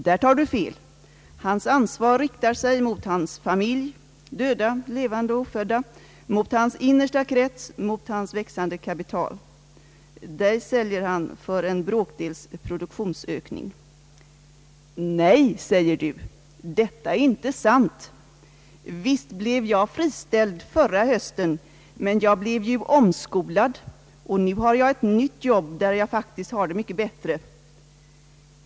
Där tar du fel — hans ansvar riktar sig mot hans familj, döda, levande och ofödda, mot hans innersta krets, mot hans växande kapital. Dig säljer han för en bråkdels produktionsökning. Nej, säger du, det är inte sant, visst blev jag friställd förra hösten, men jag blev ju omskolad, och nu har jag ett nytt jobb där jag faktiskt har det mycket bättre.